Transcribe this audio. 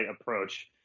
approach